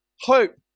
hope